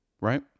Right